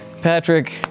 Patrick